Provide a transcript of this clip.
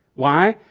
why?